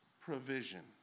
provision